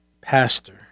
pastor